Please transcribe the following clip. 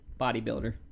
Bodybuilder